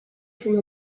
from